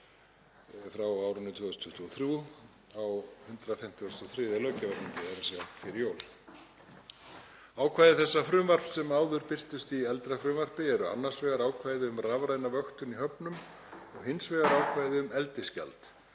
frá árinu 2023 á 153. löggjafarþingi, þ.e. fyrir jól. Ákvæði þessa frumvarps sem áður birtust í eldra frumvarpi eru annars vegar ákvæði um rafræna vöktun í höfnum og hins vegar ákvæði um eldisgjald.